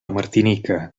martinica